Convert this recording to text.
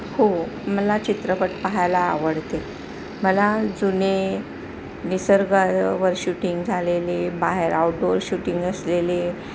हो मला चित्रपट पाहायला आवडते मला जुने निसर्गावर शूटिंग झालेले बाहेर आऊट डोअर शूटिंग असलेले